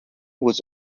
was